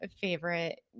favorite